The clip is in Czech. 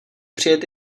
přijet